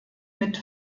mit